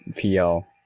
PL